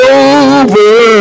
over